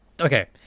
Okay